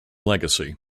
legacy